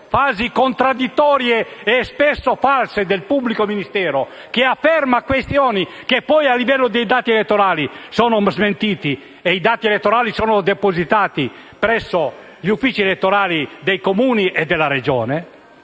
frasi contraddittorie e spesso false del pubblico ministero, che afferma questioni che poi a livello di dati elettorali sono smentite (i dati elettorali sono depositati presso gli uffici elettorali dei Comuni e della Regione),